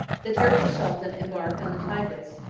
the turkish sultan embarked on the tigris,